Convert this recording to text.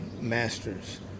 masters